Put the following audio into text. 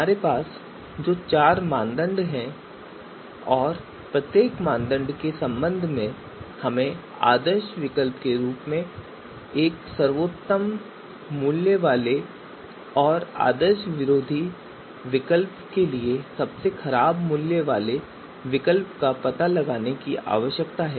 हमारे पास जो चार मानदंड हैं और प्रत्येक मानदंड के संबंध में हमें आदर्श विकल्प के लिए सर्वोत्तम मूल्य वाले और आदर्श विरोधी विकल्प के लिए सबसे खराब मूल्य वाले विकल्प का पता लगाने की आवश्यकता है